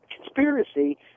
conspiracy